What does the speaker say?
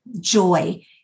joy